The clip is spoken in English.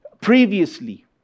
Previously